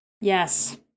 Yes